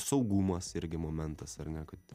saugumas irgi momentas ar ne kad